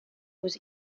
was